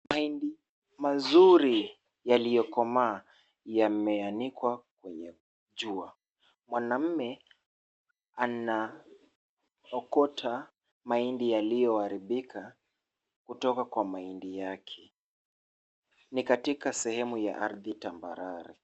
Mahindi mazuri yaliyokomaa, yameanikwa kwenye jua. Mwanaume anayaokota mahindi yaliyo haribika kutoka kwenye mahindi yake. Ni katika sehemu ya ardhi tambarare.